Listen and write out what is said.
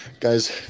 guys